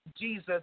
Jesus